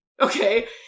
Okay